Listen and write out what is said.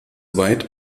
weit